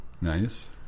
Nice